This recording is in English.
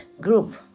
group